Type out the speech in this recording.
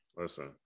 listen